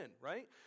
right